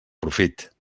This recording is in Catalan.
profit